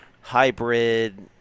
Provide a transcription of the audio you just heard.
hybrid